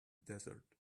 desert